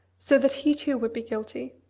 so that he too would be guilty.